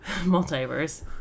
multiverse